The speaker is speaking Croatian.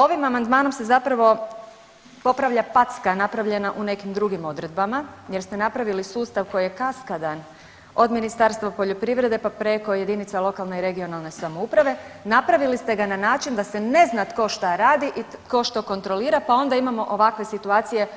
Ovim amandmanom se zapravo popravlja packa napravljena u nekim drugim odredbama jer ste napravili sustav koji je kaskadan od Ministarstva poljoprivrede pa preko jedinica lokalne i regionalne samouprave, napravili ste ga na način da se ne zna tko šta radi i tko što kontrolira pa onda imamo ovakve situacije